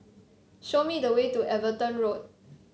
show me the way to Everton Road